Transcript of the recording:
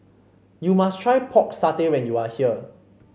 you must try Pork Satay when you are here